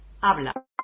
habla